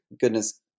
goodness